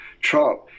Trump